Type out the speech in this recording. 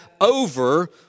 over